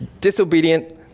disobedient